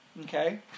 Okay